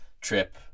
trip